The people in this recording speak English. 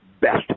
best